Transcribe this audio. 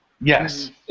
Yes